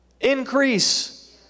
increase